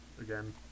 again